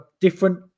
different